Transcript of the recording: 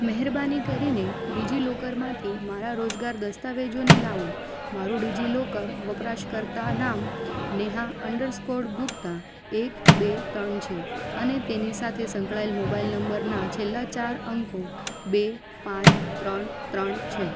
મહેરબાની કરીને ડિજિલોકરમાંથી મારા રોજગાર દસ્તાવેજોને લાવો મારું ડિજિલોકર વપરાશકર્તાનામ નેહા અન્ડરસ્કોર ગુપ્તા એક બે ત્રણ છે અને તેની સાથે સંકળાયેલ મોબાઇલ નંબરના છેલ્લા ચાર અંકો બે પાંચ ત્રણ ત્રણ છે